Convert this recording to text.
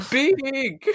big